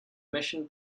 mission